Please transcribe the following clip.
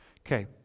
okay